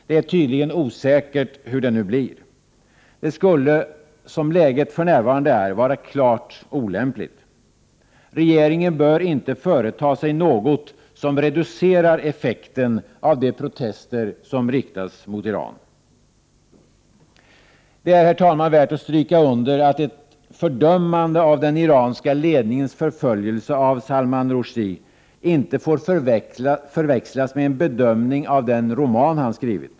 Det är tydligen osäkert hur det nu blir. Det skulle, som läget för närvarande är, vara klart olämpligt. Regeringen bör inte företa sig något som reducerar effekten av de protester som riktas mot Iran. Det är, herr talman, värt att stryka under att ett fördömande av den iranska ledningens förföljelse av Salman Rushdie inte får förväxlas med en bedömning av den roman han skrivit.